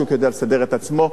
השוק יודע לסדר את עצמו,